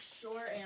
sure